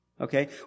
Okay